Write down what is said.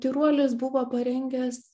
tyruolis buvo parengęs